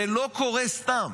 זה לא קורה סתם.